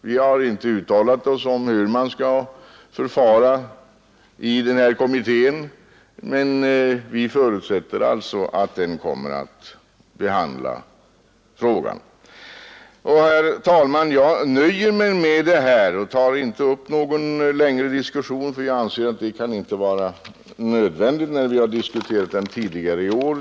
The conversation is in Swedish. Vi har inte uttalat oss om hur man skall förfara i den här kommittén, men vi förutsätter alltså att den kommer att behandla frågan. Herr talman! Jag nöjer mig med det här och tar inte upp någon längre diskussion, eftersom jag inte anser det nödvändigt när vi har diskuterat frågan tidigare i år.